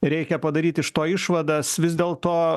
reikia padaryt iš to išvadas vis dėlto